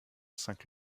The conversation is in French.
cinq